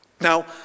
Now